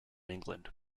england